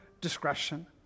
discretion